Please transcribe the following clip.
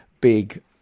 big